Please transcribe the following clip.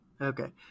Okay